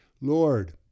Lord